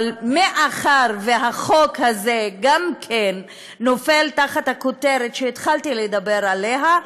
אבל מאחר שהחוק הזה גם כן נופל תחת הכותרת שהתחלתי לדבר עליה,